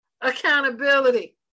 accountability